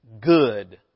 good